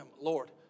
Lord